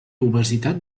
obesitat